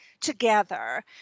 together